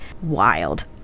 wild